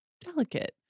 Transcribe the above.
delicate